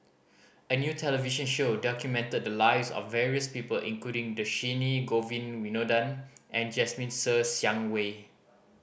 a new television show documented the lives of various people including Dhershini Govin Winodan and Jasmine Ser Xiang Wei